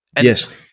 Yes